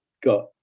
got